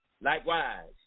Likewise